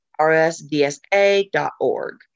rsdsa.org